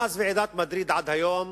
מאז ועידת מדריד עד היום